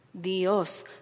¿Dios